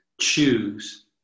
choose